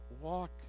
walk